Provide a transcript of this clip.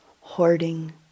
hoarding